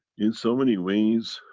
in so many ways.